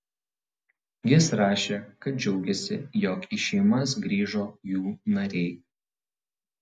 jis rašė kad džiaugiasi jog į šeimas grįžo jų nariai